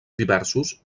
diversos